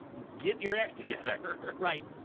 get your act together. right,